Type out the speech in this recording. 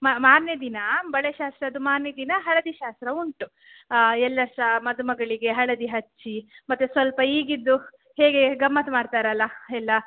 ಮಾ ಮಾರನೇ ದಿನ ಬಳೆ ಶಾಸ್ತ್ರದ್ದು ಮಾರನೇ ದಿನ ಹಳದಿ ಶಾಸ್ತ್ರ ಉಂಟು ಎಲ್ಲ ಸಹ ಮದುಮಗಳಿಗೆ ಹಳದಿ ಹಚ್ಚಿ ಮತ್ತು ಸ್ವಲ್ಪ ಈಗಿನದ್ದು ಹೇಗೆ ಗಮ್ಮತ್ತು ಮಾಡ್ತಾರಲ್ಲ ಎಲ್ಲಾ